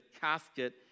casket